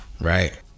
right